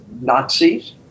Nazis